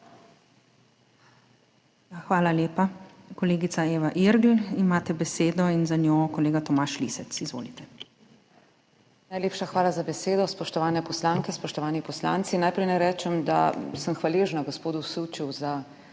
Hvala lepa. Kolegica Eva Irgl, imate besedo, za njo kolega Tomaž Lisec. Izvolite. **EVA IRGL (PS SDS):** Najlepša hvala za besedo. Spoštovane poslanke, spoštovani poslanci! Najprej naj rečem, da sem hvaležna gospodu Süču za